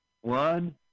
one